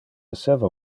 esseva